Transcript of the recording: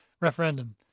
referendum